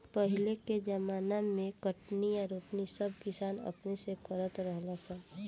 पहिले के ज़माना मे कटनी आ रोपनी सब किसान अपने से करत रहा सन